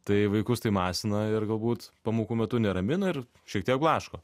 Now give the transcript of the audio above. tai vaikus tai masina ir galbūt pamokų metu neramina ir šiek tiek blaško